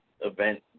event